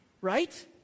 right